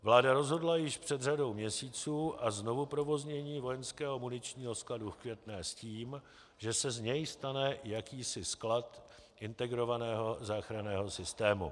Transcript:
Vláda rozhodla již před řadou měsíců o znovuzprovoznění vojenského muničního skladu v Květné s tím, že se z něj stane jakýsi sklad integrovaného záchranného systému.